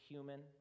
Human